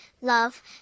love